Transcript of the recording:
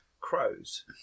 crows